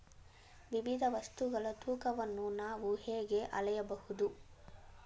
ವಿವಿಧ ವಸ್ತುಗಳ ತೂಕವನ್ನು ನಾವು ಹೇಗೆ ಅಳೆಯಬಹುದು?